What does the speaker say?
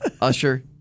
Usher